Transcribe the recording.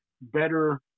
better